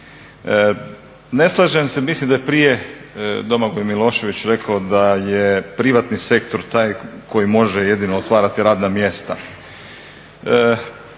Ne slažem se, mislim da je prije Domagoj Milošević rekao da je privatni sektor taj koji može jedino otvarati radna mjesta.